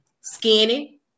skinny